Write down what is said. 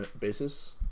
basis